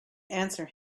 answer